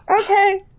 okay